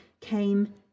came